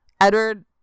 Edward